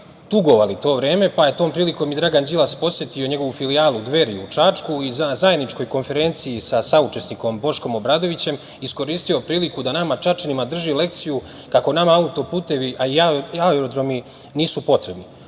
tugovali u to vreme, pa je tom prilikom Dragan Đilas posetio njegovu filijalu Dveri u Čačku i na zajedničkoj konferenciji sa saučesnikom Boškom Obradovićem iskoristio priliku da nama Čačanima drži lekciju kako nama auto-putevi i aerodromi nisu potrebni.